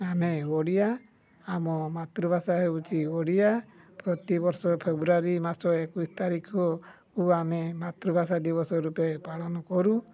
ଆମେ ଓଡ଼ିଆ ଆମ ମାତୃଭାଷା ହେଉଛି ଓଡ଼ିଆ ପ୍ରତିବର୍ଷ ଫେବୃଆରୀ ମାସ ଏକୋଇଶି ତାରିଖକୁ ଆମେ ମାତୃଭାଷା ଦିବସ ରୂପେ ପାଳନ କରୁ